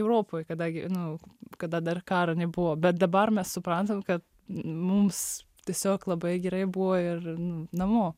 europoj kadangi nu kada dar karo nebuvo bet dabar mes suprantam kad mums tiesiog labai gerai buvo ir namo